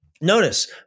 Notice